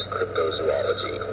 Cryptozoology